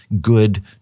good